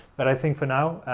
but i think for now,